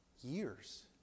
years